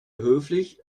höflich